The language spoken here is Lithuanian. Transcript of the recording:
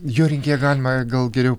jo rinkėją galima gal geriau